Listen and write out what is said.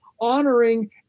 honoring